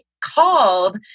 called